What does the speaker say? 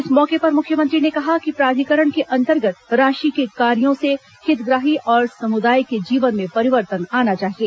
इस मौके पर मुख्यमंत्री ने कहा कि प्राधिकरण के अंतर्गत राशि के कार्यो से हितग्राही और समुदाय के जीवन में परिवर्तन आना चाहिए